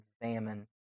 examine